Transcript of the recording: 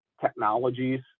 technologies